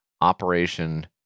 operation